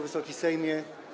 Wysoki Sejmie!